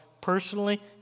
personally